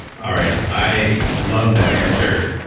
all right. i love that answer.